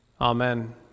Amen